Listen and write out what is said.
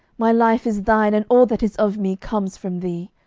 my life is thine, and all that is of me comes from thee.